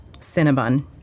Cinnabon